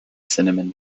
cinnamon